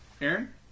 Aaron